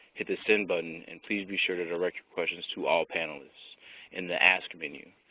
hit the send button and please be sure to direct questions to all panelists in the ask menu.